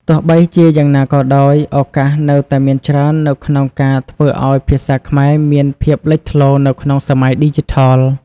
ទោះបីជាយ៉ាងណាក៏ដោយ ឱកាសនៅតែមានច្រើននៅក្នុងការ ធ្វើឲ្យភាសាខ្មែរមានភាពលេចធ្លោនៅក្នុងសម័យឌីជីថល។